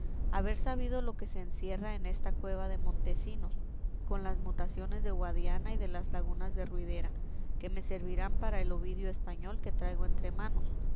haber sabido lo que se encierra en esta cueva de montesinos con las mutaciones de guadiana y de las lagunas de ruidera que me servirán para el ovidio español que traigo entre manos